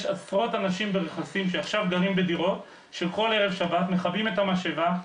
יש עשרות אנשים ברכסים שעכשיו גרים בדירות שכל ערב שבת מכבים את המשאבה,